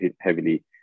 heavily